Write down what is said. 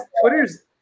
Twitter's